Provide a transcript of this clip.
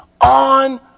on